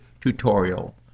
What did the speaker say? tutorial